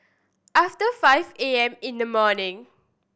after five A M in the morning